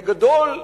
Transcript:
בגדול,